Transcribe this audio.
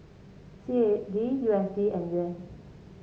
C A D U S D and Yuan